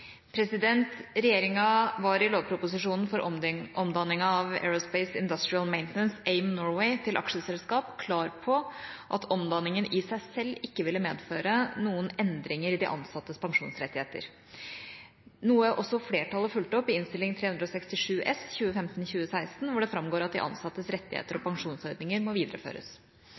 Regjeringa var i lovproposisjonen for omdanning av Aerospace Industrial Maintenance, AIM Norway, til aksjeselskap klar på at omdanningen i seg selv ikke ville medføre noen endringer i de ansattes pensjonsrettigheter, noe også flertallet fulgte opp i Innst. 367 S for 2015–2016, hvor det framgår at de ansattes rettigheter og pensjonsordninger må videreføres.